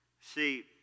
See